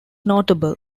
notable